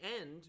end